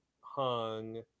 hung